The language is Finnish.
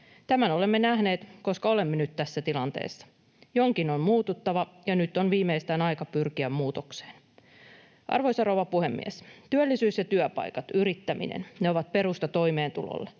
Tämän olemme nähneet, koska olemme nyt tässä tilanteessa. Jonkin on muututtava, ja nyt on viimeistään aika pyrkiä muutokseen. Arvoisa rouva puhemies! Työllisyys ja työpaikat, yrittäminen, ne ovat perusta toimeentulolle.